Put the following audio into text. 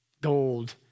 gold